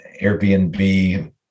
Airbnb